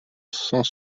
cent